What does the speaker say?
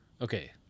Okay